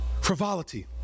Frivolity